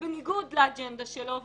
בניגוד לאג'נדה שלו,